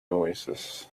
oasis